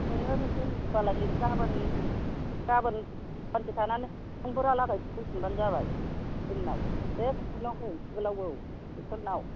नोङो होनबालाय गाबोन सानसे थानानै समफोरहालागै फैफिनबानो जाबाय जोंनाव बे सिभिल आव फै सिभिल आव औ डक्ट'र निआव